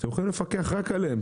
אתם יכולים לפקח רק עליהם.